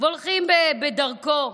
והולכים בדרכו,